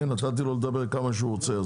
נתתי לו לדבר כמה שהוא רוצה.